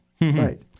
Right